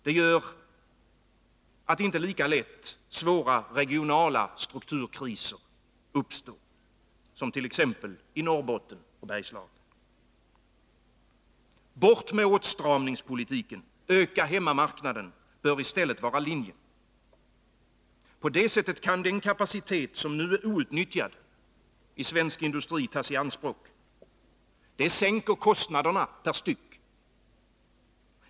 Det gör att det inte lika lätt uppstår svåra regionala strukturkriser, som i Norrbotten och Bergslagen. Bort med åtstramningspolitiken, öka hemmamarknaden — det bör i stället vara linjen. På det sättet kan den kapacitet i svensk industri som nu är outnyttjad tas i anspråk. Det sänker kostnaderna per styck.